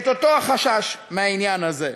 את אותו החשש מהעניין הזה.